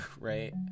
right